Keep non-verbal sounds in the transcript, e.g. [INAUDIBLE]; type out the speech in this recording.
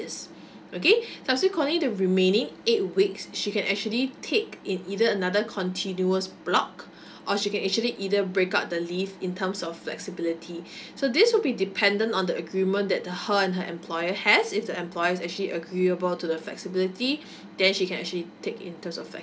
okay subsequently the remaining eight weeks she can actually take it either another continuous block [BREATH] or she can actually either break up the leave in terms of flexibility [BREATH] so this will be dependent on the agreement that between her and her employer has if the employer actually agreeable to the flexibility [BREATH] then she can actually take in terms of flexibility